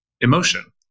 emotion